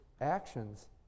actions